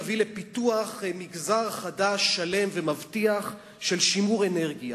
תביא לפיתוח מגזר חדש ומבטיח של שימור אנרגיה,